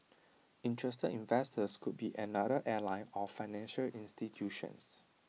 interested investors could be another airline or financial institutions